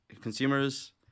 consumers